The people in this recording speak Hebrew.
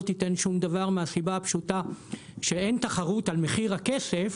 תיתן שום דבר מהסיבה הפשוטה: כשאין תחרות על מחיר הכסף,